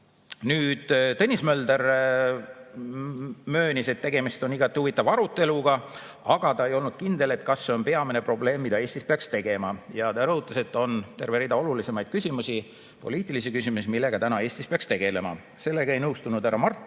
Tõnis Mölder möönis, et tegemist on igati huvitava aruteluga, aga ta ei olnud kindel, kas see on peamine probleem, millega Eestis peaks tegelema. Ta rõhutas, et on terve rida olulisemaid poliitilisi küsimusi, millega Eestis peaks tegelema. Sellega ei nõustunud härra Mart